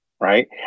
right